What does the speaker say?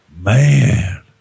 man